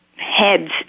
heads